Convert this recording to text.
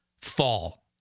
fall